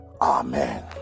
Amen